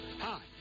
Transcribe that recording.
Hi